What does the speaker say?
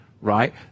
right